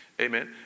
Amen